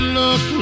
look